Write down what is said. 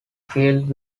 filled